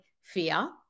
fear